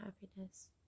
happiness